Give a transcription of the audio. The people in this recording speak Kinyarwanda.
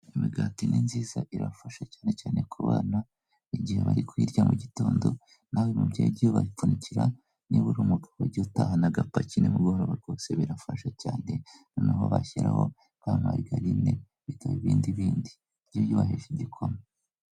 Imigati ni nziza irafasha cyane cyane ku bana igihe bari kuyirya mu gitondo, nawe mubyeyi uge uyibapfunyikira niba uri umugabo uge utahana agapaki ni mugoroba rwose birafasha cyane noneho bashyiraho ka marigarine bikaba ibindi bindi. Uge uyibahesha igikoma.